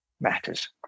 matters